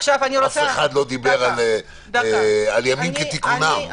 אף אחד לא דיבר על ימים כתיקונם.